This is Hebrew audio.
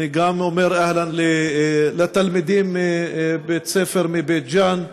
אני גם אומר אהלן לתלמידי בית ספר מבית ג'ן,